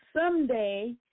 someday